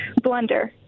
Blender